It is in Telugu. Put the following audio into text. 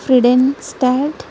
ఫ్రూడెన్స్టాడ్ట్